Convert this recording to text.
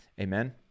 Amen